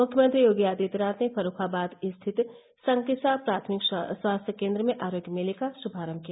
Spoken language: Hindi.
मुख्यमंत्री योगी आदित्यनाथ ने फर्रूखाबाद स्थित संकिसा प्राथमिक स्वास्थ्य केन्द्र में आरोग्य मेले का शुभारम्भ किया